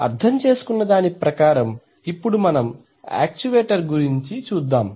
అర్థం చేసుకున్నా దాని ప్రకారం ఇప్పుడు మనం యాక్చువేటర్ గురించి చూద్దాం